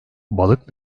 balık